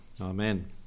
amen